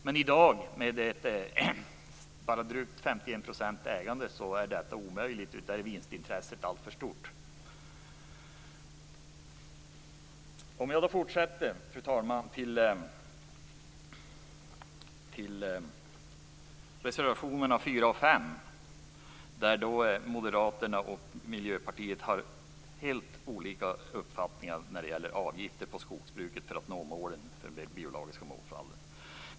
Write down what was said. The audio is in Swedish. Men i dag med bara drygt 51 % ägande är detta omöjligt. Där är vinstintresset alltför stort. Fru talman! Jag fortsätter till reservationerna 4 och 5, där Moderaterna och Miljöpartiet har helt olika uppfattningar när det gäller avgifter på skogsbruket för att nå målen för den biologiska mångfalden.